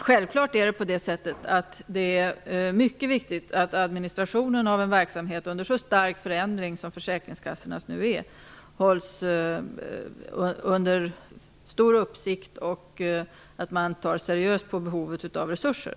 Självklart är det dessutom mycket viktigt att administrationen av en verksamhet under så stark förändring som försäkringskassornas hålls under stark uppsikt och att man ser seriöst på behovet av resurser.